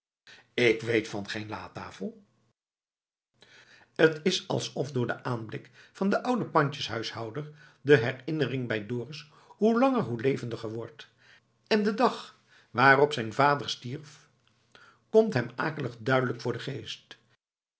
ik weet van geen latafel het is alsof door den aanblik van den ouden pandjeshuishouder de herinnering bij dorus hoe langer hoe levendiger wordt en de dag waarop zijn vader stierf komt hem akelig duidelijk voor den geest